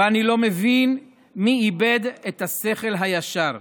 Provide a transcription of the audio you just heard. ואני לא מבין מי איבד את השכל הישר,